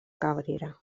cabrera